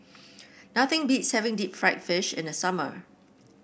nothing beats having Deep Fried Fish in the summer